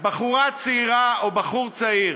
בחורה צעירה או בחור צעיר